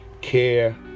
care